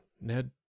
Ned